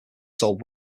sold